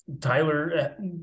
Tyler